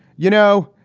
you know,